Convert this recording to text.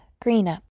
Greenup